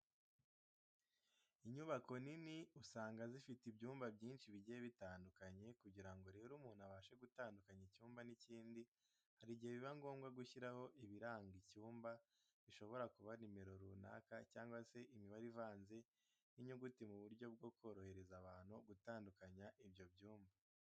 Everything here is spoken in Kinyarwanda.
Inyubako nini usanga zifite ibyumba byinshi bigiye bitandukanye, kugira ngo rero umuntu abashe gutandukanya icyumba n'ikindi hari igihe biba ngombwa gushyiraho ibiranga icyumba bishobora kuba nomero runaka cyangwa se imibare ivanze n'inyuguti mu buryo bwo korohereza abantu gutandukanya ibyo byumba.